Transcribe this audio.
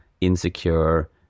insecure